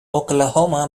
oklahoma